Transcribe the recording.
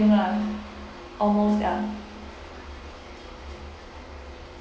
lah almost ya